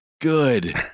good